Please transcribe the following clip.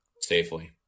safely